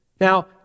Now